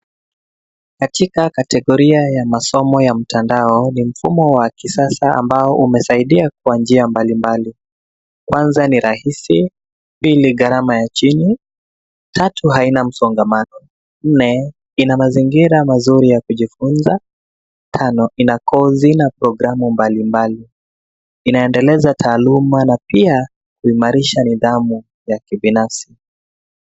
Katika kategoria ya masomo ya mtandao ni mfumo wa kisasa, ambao umesaidia kwa njia mbalimbali: kwanza ni rahisi, pili gharama ya chini, tatu haina msongamano, nne ina mazingira mazuri ya kujifunza, tano ina kozi na programu mbalimbali. Inaendeleza taaluma na pia kuimarisha nidhamu ya kibinafsi.